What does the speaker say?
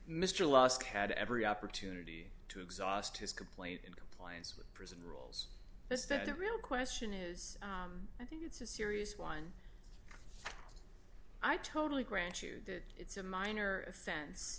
had every opportunity to exhaust his complaint in compliance with prison but that the real question is i think it's a serious one i totally grant you that it's a minor offense